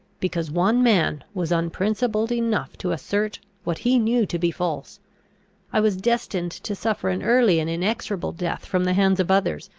because one man was unprincipled enough to assert what he knew to be false i was destined to suffer an early and inexorable death from the hands of others,